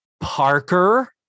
Parker